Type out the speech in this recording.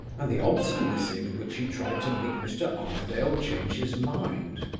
and the obstinacy with which he tried to make mr. armadale change his mind.